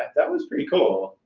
that was pretty cool.